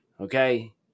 okay